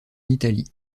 italie